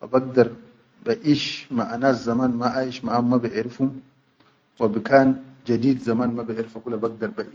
haw bagdar ba ish maʼanas zaman ma aish maʼa hum ma baʼerifum wa bikan jadid zaman ma baʼerfa kula bagdar ba.